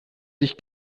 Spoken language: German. sich